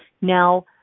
Now